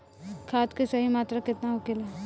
खाद्य के सही मात्रा केतना होखेला?